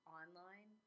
online